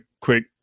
quick